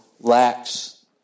lacks